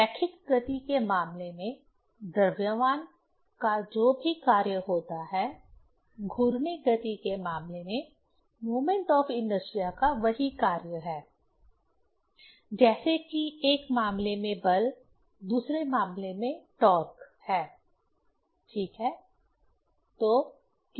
रैखिक गति के मामले में द्रव्यमान का जो भी कार्य होता है घूर्णी गति के मामले में मोमेंट ऑफ इनर्शिया का वही कार्य है जैसे की एक मामले में बल दूसरे मामले में टॉर्क है ठीक है